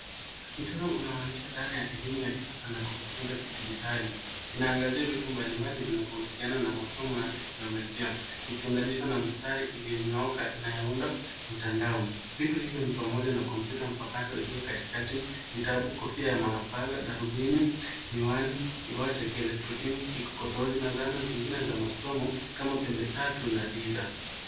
Mchoro unaoonyesha dhana ya elimu ya kisasa na kujifunza kidijitali, inaangazia vitu mbalimbali vinavyohusiana na masomo na teknolojia, likiunganishwa na mstari iliyo nyooka inayounda mtandao, Vitu hivyo ni pamoja na kompyuta mpakato iliyo katikati, vitabu, kofia ya maafala, darubini, miwani, kibao cha kielektroniki, kikondozi na zana zingine za masomo, kama pembe tatu na dira.